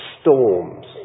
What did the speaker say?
storms